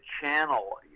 channel